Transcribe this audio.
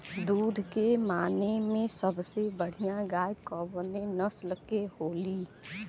दुध के माने मे सबसे बढ़ियां गाय कवने नस्ल के होली?